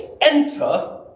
Enter